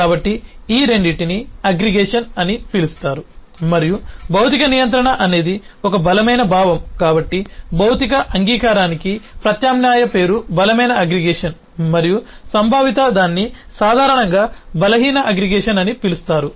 కాబట్టి ఈ రెండింటినీ అగ్రిగేషన్ అని పిలుస్తారు మరియు భౌతిక నియంత్రణ అనేది ఒక బలమైన భావం కాబట్టి భౌతిక అంగీకారానికి ప్రత్యామ్నాయ పేరు బలమైన అగ్రిగేషన్ మరియు సంభావితదాన్ని సాధారణంగా బలహీన అగ్రిగేషన్ అని పిలుస్తారు